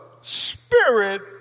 spirit